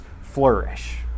flourish